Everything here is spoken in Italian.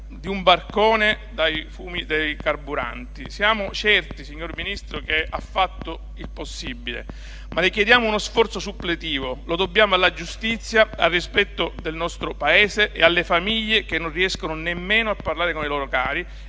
di un barcone dai fumi dei carburanti. Signor Ministro, siamo certi che ha fatto il possibile, ma le chiediamo uno sforzo suppletivo. Lo dobbiamo alla giustizia, al rispetto del nostro Paese e alle famiglie che non riescono nemmeno a parlare con i loro cari